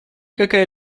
какая